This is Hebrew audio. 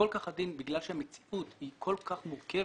בגלל שהמציאות היא כל כך מורכבת,